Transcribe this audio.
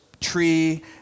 tree